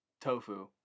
Tofu